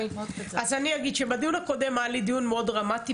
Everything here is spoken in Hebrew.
הדיון הקודם היה דרמטי